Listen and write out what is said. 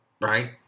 Right